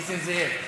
נסים זאב.